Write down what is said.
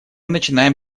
начинаем